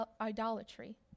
idolatry